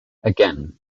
again